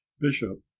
bishop